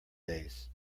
days